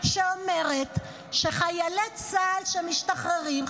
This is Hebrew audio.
פשוטה שאומרת שחיילי צה"ל שמשתחררים,